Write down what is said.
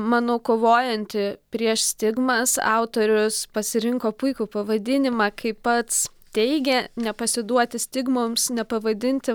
manau kovojanti prieš stigmas autorius pasirinko puikų pavadinimą kaip pats teigia nepasiduoti stigmoms nepavadinti